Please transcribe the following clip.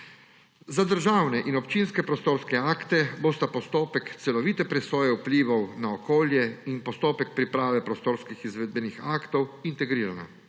Za državne in občinske prostorske akte bosta postopek celovite presoje vplivov na okolje in postopek priprave prostorskih izvedbenih aktov integrirana.